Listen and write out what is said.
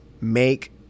make